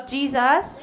Jesus